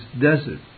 desert